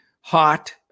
hot